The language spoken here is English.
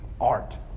art